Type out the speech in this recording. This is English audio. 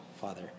Father